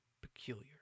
peculiar